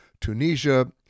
Tunisia